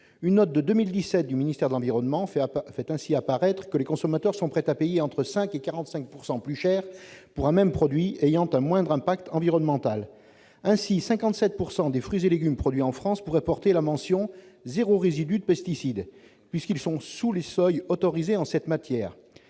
Une note de 2017 du ministère de l'environnement fait ainsi apparaître que les consommateurs sont prêts à payer entre 5 % et 45 % plus cher pour un même produit ayant un moindre impact environnemental. Ainsi, 57 % des fruits et légumes produits en France pourraient porter la mention « zéro résidu de pesticides », puisqu'ils sont sous les seuils autorisés en cette matière.